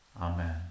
Amen